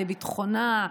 לביטחונה,